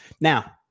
Now